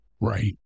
Right